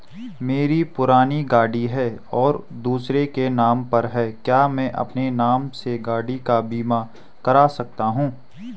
मेरी पुरानी गाड़ी है और दूसरे के नाम पर है क्या मैं अपने नाम से गाड़ी का बीमा कर सकता हूँ?